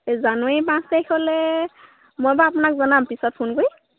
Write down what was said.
এই জানুৱাৰী পাঁচ তাৰিখলৈ মই বাৰু আপোনাক জনাম পিছত ফোন কৰি